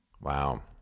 Wow